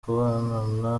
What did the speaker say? kubonana